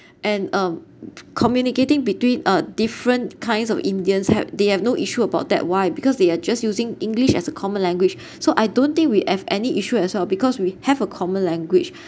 and um c~communicating between uh different kinds of indians have they have no issue about that why because they are just using english as a common language so I don't think we have any issue as well because we have a common language